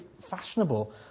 fashionable